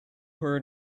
where